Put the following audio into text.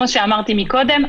כמו שאמרתי קודם,